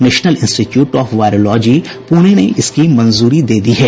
national institute of virology Pune ने इसकी मंजूरी दे दी है